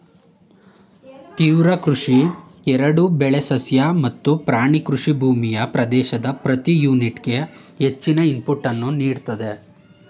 ತೀವ್ರ ಕೃಷಿ ಎರಡೂ ಬೆಳೆ ಸಸ್ಯ ಮತ್ತು ಪ್ರಾಣಿ ಕೃಷಿ ಭೂಮಿಯ ಪ್ರದೇಶದ ಪ್ರತಿ ಯೂನಿಟ್ಗೆ ಹೆಚ್ಚಿನ ಇನ್ಪುಟನ್ನು ನೀಡ್ತದೆ